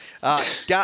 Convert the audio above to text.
got